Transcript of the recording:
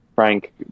Frank